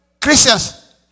Christians